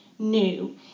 New